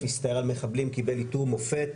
אנחנו על עצמנו לא מסוגלים לקבוע כללים של חופש